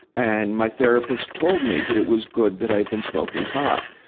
and my therapist told me that it was good that i had been smoking pout,